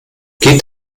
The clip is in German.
geht